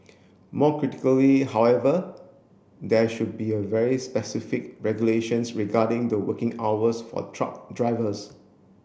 more critically however there should be a very specific regulations regarding the working hours for truck drivers